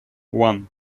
one